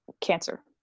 Cancer